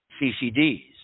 CCDs